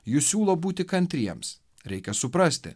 jis siūlo būti kantriems reikia suprasti